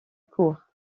cour